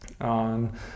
on